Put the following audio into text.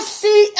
see